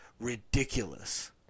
ridiculous